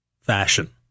fashion